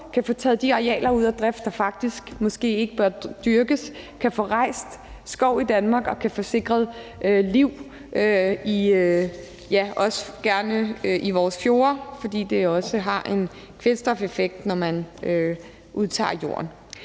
kan få taget de arealer ud af drift, der faktisk måske ikke bør dyrkes, kan få rejst skov i Danmark og også gerne kan få liv i vores fjorde, for det har også en kvælstofeffekt, når man udtager jorden.